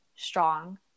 Strong